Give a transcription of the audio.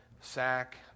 sack